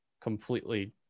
completely